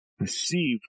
Received